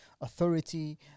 authority